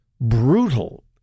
brutal